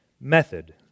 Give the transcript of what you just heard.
Method